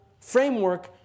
framework